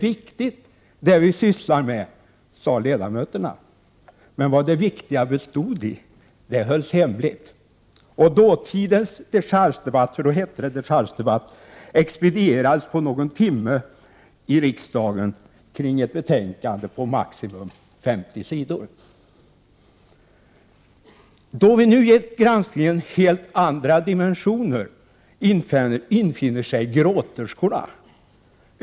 Vad vi sysslar med är viktigt, sade ledamöterna. Men vad det viktiga bestod i hölls hemligt. Och dåtidens dechargedebatt— för det hette då dechargedebatt — expedierades på någon timme i riksdagen kring ett betänkande på maximalt 50 sidor. Då vi nu gett granskningen helt andra dimensioner, infinner sig gråterskorna.